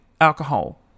alcohol